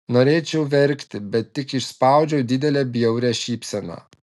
norėčiau verkti bet tik išspaudžiu didelę bjaurią šypseną